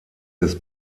des